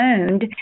owned